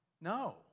No